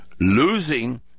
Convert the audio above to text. losing